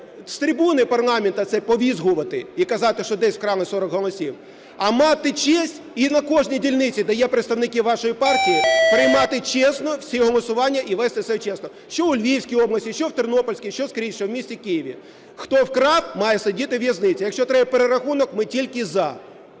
з трибуни парламенту це повізгувати і казати, що десь вкрали 40 голосів, а мати честь і на кожній дільниці, де є представники вашої партії, приймати чесно всі голосування і вести себе чесно, що у Львівській області, що у Тернопільській, що скрізь, що у місті Києві. Хто вкрав, має сидіти у в'язниці. Якщо треба перерахунок, ми тільки "за".